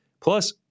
Plus